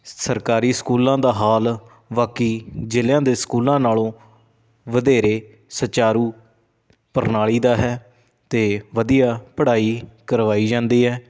ਸਰਕਾਰੀ ਸਕੂਲਾਂ ਦਾ ਹਾਲ ਬਾਕੀ ਜ਼ਿਲ੍ਹਿਆਂ ਦੇ ਸਕੂਲਾਂ ਨਾਲੋਂ ਵਧੇਰੇ ਸੁਚਾਰੂ ਪ੍ਰਣਾਲੀ ਦਾ ਹੈ ਅਤੇ ਵਧੀਆ ਪੜ੍ਹਾਈ ਕਰਵਾਈ ਜਾਂਦੀ ਹੈ